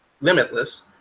limitless